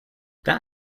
that